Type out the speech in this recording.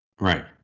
Right